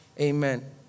Amen